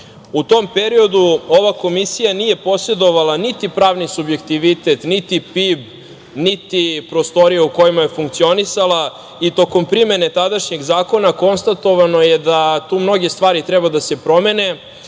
U tom periodu ova komisija nije posedovala niti pravni subjektivitet, niti PIB, niti prostoriju u kojima je funkcionisala i tokom primene tadašnjeg zakona konstatovano je da tu mnoge stvari treba da se promene